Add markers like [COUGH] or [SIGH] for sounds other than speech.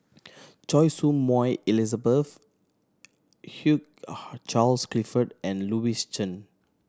Choy Su Moi Elizabeth Hugh [UNINTELLIGIBLE] Charles Clifford and Louis Chen